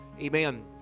amen